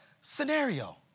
scenario